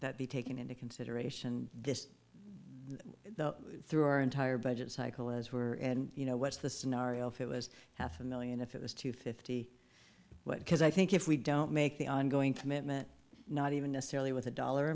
that be taking into consideration the through our entire budget cycle as were and you know what's the scenario if it was half a million if it was to fifty but because i think if we don't make the ongoing commitment not even necessarily with a dollar